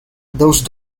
those